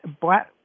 black